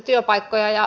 arvoisa puhemies